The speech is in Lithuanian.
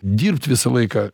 dirbt visą laiką